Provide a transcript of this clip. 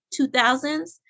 2000s